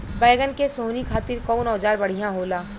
बैगन के सोहनी खातिर कौन औजार बढ़िया होला?